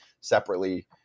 separately